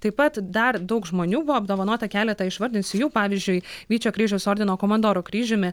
taip pat dar daug žmonių buvo apdovanota keletą išvardinsiu jų pavyzdžiui vyčio kryžiaus ordino komandoro kryžiumi